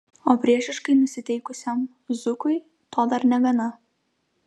o priešiškai nusiteikusiam zukui to dar negana